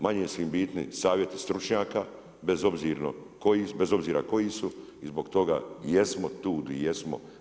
Manje su im bitni savjeti stručnjaka bez obzira koji su i zbog toga jesmo tu di jesmo.